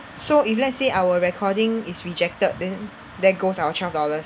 so if let's say our recording is rejected then there goes our twelve dollars